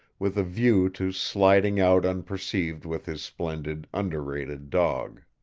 with a view to sliding out unperceived with his splendid, underrated dog.